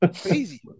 Crazy